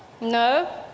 no